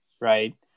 right